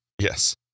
Yes